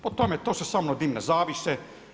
Po tome, to su samo dimne zavjese.